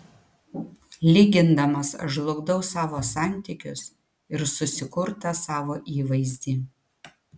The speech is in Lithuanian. lygindamas aš žlugdau savo santykius ir susikurtą savo įvaizdį